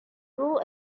cruel